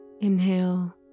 Inhale